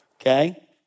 okay